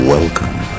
Welcome